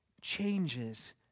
changes